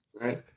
right